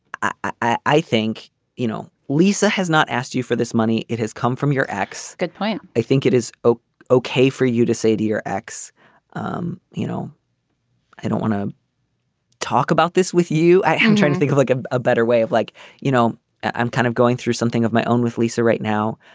i think you know lisa has not asked you for this money. it has come from your ex. good point. i think it is okay okay for you to say to your ex um you know i don't want to talk about this with you i am trying to think of like ah a better way of like you know i'm kind of going through something of my own with lisa right now.